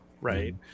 Right